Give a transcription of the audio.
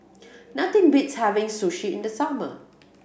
nothing beats having Sushi in the summer